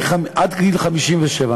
עד גיל 57,